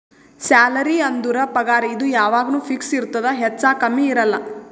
salary ಅಂದುರ್ ಪಗಾರ್ ಇದು ಯಾವಾಗ್ನು ಫಿಕ್ಸ್ ಇರ್ತುದ್ ಹೆಚ್ಚಾ ಕಮ್ಮಿ ಇರಲ್ಲ